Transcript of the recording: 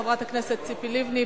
חברת הכנסת ציפי לבני.